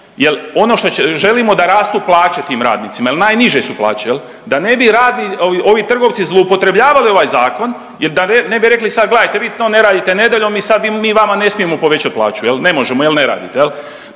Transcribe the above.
ono što će, želimo da rastu plaće tim radnicima jel najniže su plaće jel, da ne bi rad…, ovi trgovci zloupotrebljavali ovaj zakon jer da ne bi rekli sad gledajte vi to ne radite nedjeljom i sad mi vama ne smijemo povećat plaću jel, ne možemo jel ne radite